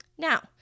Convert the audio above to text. now